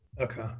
Okay